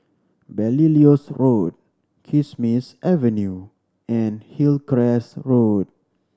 Belilios Road Kismis Avenue and Hillcrest Road